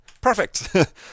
Perfect